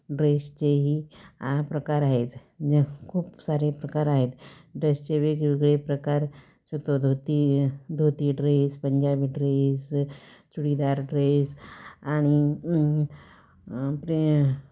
ड्रेसचेही आ प्रकार आहेच ज खूप सारे प्रकार आहेत ड्रेसचे वेगवेगळे प्रकार शिवतो धोती य धोती dress Punjabi dress churidar dress आणि प्रे